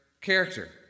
character